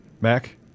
Mac